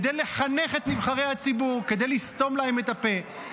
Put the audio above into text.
כדי לחנך את נבחרי הציבור, כדי לסתום להם את הפה.